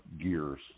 gears